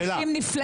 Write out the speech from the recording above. אלה אנשים נפלאים,